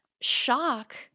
shock